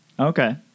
Okay